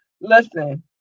Listen